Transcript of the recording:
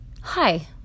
Hi